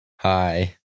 Hi